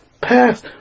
pass